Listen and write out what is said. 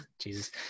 Jesus